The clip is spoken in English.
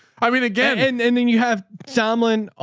i mean, again, and then then you have samlyn, ah